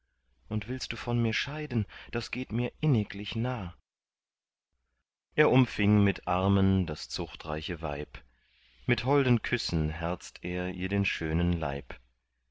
und willst du von mir scheiden das geht mir inniglich nah er umfing mit armen das zuchtreiche weib mit holden küssen herzt er ihr den schönen leib